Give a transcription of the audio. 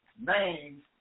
names